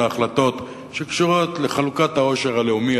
החלטות שקשורת לחלוקת העושר הלאומי,